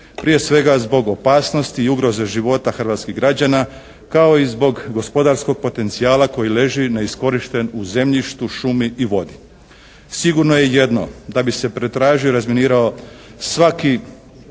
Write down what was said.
Prije svega zbog opasnosti i ugroze života hrvatskih građana kao i zbog gospodarskog potencijala koji leži neiskorišten u zemljištu, šumi i vodi. Sigurno je jedno. Da bi se pretražio i razminirao svaki